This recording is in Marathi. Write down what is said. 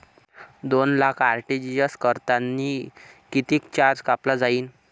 दोन लाख आर.टी.जी.एस करतांनी कितीक चार्ज कापला जाईन?